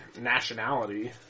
nationality